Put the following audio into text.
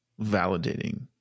validating